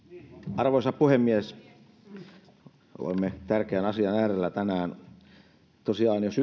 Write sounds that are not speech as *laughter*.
arvoisa puhemies olemme tärkeän asian äärellä tänään tosiaan jos *unintelligible*